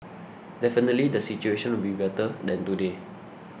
definitely the situation will be better than today